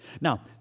Now